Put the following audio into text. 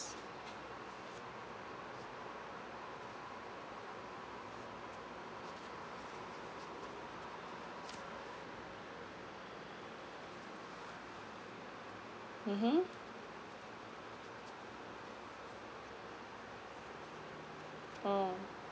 mmhmm oh